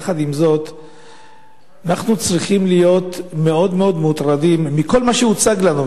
יחד עם זאת אנחנו צריכים להיות מאוד מוטרדים מכל מה שהוצג לנו,